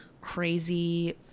crazy